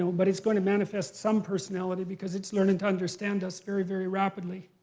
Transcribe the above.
so but it's going to manifest some personality because it's learning to understand us very, very rapidly.